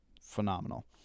phenomenal